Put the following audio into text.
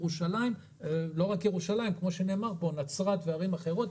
בירושלים וכך גם בנצרת ובערים אחרות,